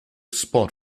spot